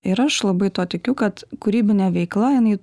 ir aš labai tuo tikiu kad kūrybinė veikla jinai